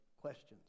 questions